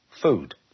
food